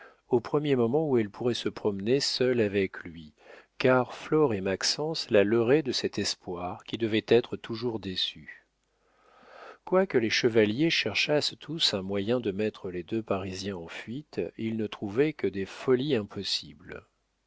au premier moment où elle pourrait se promener seule avec lui car flore et maxence la leurraient de cet espoir qui devait être toujours déçu quoique les chevaliers cherchassent tous un moyen de mettre les deux parisiens en fuite ils ne trouvaient que des folies impossibles